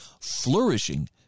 flourishing